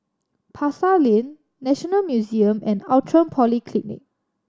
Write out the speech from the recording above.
Pasar Lane National Museum and Outram Polyclinic